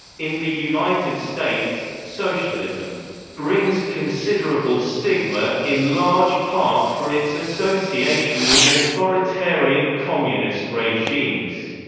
in the united states, socialism brings considerable stigma, in large part for its association with authoritarian communist regimes.